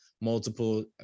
multiple